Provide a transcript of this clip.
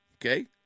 okay